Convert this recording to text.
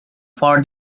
for